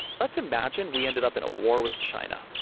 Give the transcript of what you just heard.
let's imagine we ended up in a war with china.